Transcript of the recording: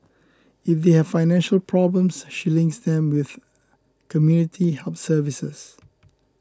if they have financial problems she links them with community help services